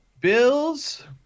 Bills